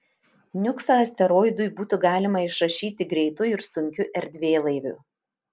niuksą asteroidui būtų galima išrašyti greitu ir sunkiu erdvėlaiviu